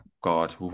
God